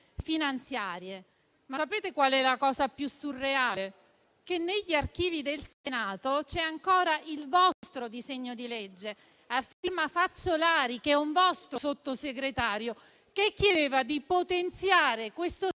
finanziarie. Ma sapete qual è la cosa più surreale? È che negli archivi del Senato c'è ancora il vostro disegno di legge, a firma Fazzolari, un vostro Sottosegretario, che chiedeva di potenziare questo